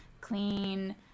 clean